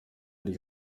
die